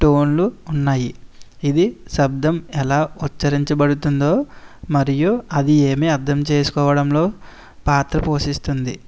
టోన్లు ఉన్నాయి ఇది శబ్దం ఎలా ఉచ్చరించబడుతుందో మరియు అది ఏమి అర్ధం చేసుకోవడంలో పాత్ర పోషిస్తుంది